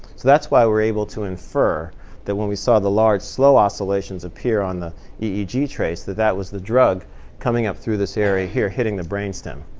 that's why we're able to infer that when we saw the large, slow oscillations appear on the eeg trace, that that was the drug coming up through this area here hitting the brain stem.